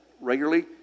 regularly